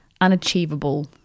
unachievable